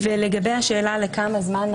תיקחו את יכולת